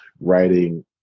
writing